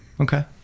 Okay